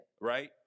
Right